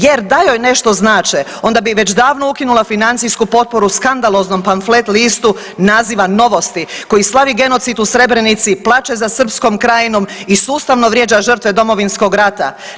Jer da joj nešto znače onda bi već davno ukinula financijsku potporu skandaloznom pamflet listu naziva „Novosti“ koji slavi genocid u Srebrenici, plaće za srpskom krajinom i sustavno vrijeđa žrtve Domovinskog rata.